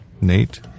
Nate